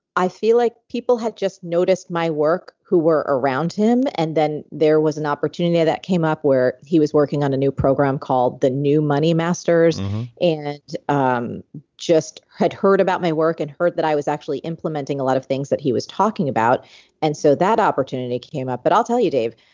i feel like people had just noticed my work who were around him and then there was an opportunity that came up where he was working on a new program called the new money masters and um just had heard about my work and heard that i was actually implementing a lot of things that he was talking about and so that opportunity came up. but i'll tell you, dave,